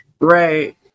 Right